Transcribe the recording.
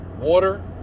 water